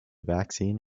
vaccine